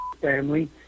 family